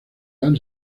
han